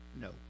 no